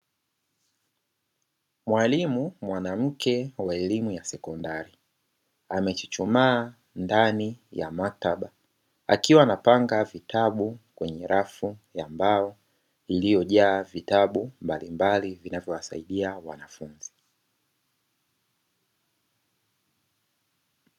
Mwalimu mwanamke wa elimu ya sekondari, amechuchumaa ndani ya maktaba akiwa anapanga vitabu kwenye rafu ya mbao iliyojaa vitabu mbalimbali vinavyowasaidia wanafunzi.